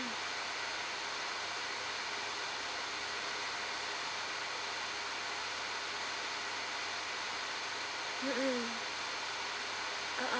mm mm ah